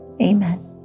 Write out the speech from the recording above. Amen